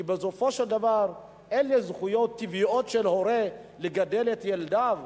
כי בסופו של דבר אלה זכויות טבעיות של הורה לגדל את ילדיו,